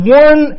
one